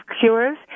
Cures